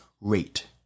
rate